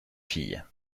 fille